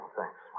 thanks